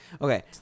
Okay